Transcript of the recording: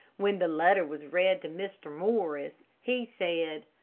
when the letter was read to mr. morris, he said,